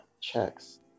checks